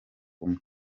umwe